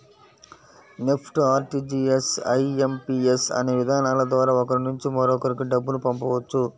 NEFT, RTGS, IMPS అనే విధానాల ద్వారా ఒకరి నుంచి మరొకరికి డబ్బును పంపవచ్చు